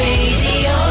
Radio